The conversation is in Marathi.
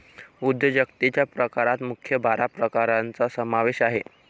उद्योजकतेच्या प्रकारात मुख्य बारा प्रकारांचा समावेश आहे